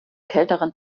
kälteren